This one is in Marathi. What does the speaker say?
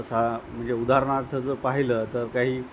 सा म्हणजे उदाहरणार्थ जर पाहिलं तर काही